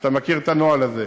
ואתה מכיר את הנוהל הזה.